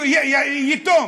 יתום.